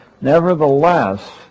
nevertheless